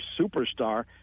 superstar